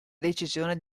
decisione